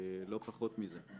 לא פחות מזה.